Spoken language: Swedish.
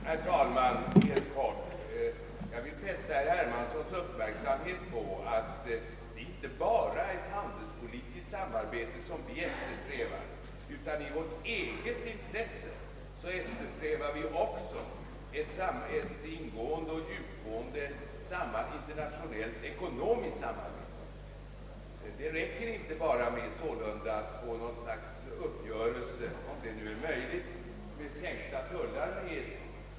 Herr talman! Jag vill fästa herr Hermanssons uppmärksamhet på att det inte bara är ett handelspolitiskt samarbete vi eftersträvar, utan i vårt eget intresse eftersträvar vi också ett ingående och djupgående ekonomiskt samarbete. Det räcker sålunda inte att bara få något slags uppgörelse — om det nu är möjligt — om sänkta tullar gentemot EEC.